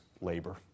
labor